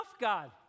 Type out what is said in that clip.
God